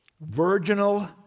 virginal